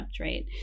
right